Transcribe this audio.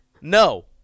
No